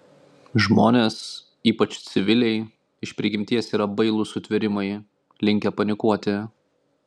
žmonės ypač civiliai iš prigimties yra bailūs sutvėrimai linkę panikuoti